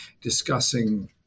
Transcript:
discussing